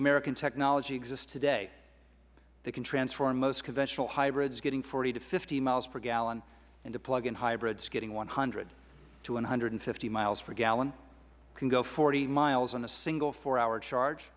american technology exists today that can transform most conventional hybrids getting forty to fifty miles per gallon into plug in hybrids getting one hundred to one hundred and fifty miles per gallon can go forty miles on a single four hour charge